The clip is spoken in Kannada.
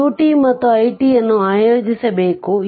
q t ಮತ್ತು i t ಅನ್ನು ಯೋಜಿಸಬೇಕು